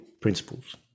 principles